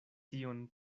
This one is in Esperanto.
tion